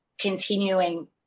continuing